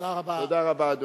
תודה רבה, אדוני.